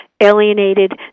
alienated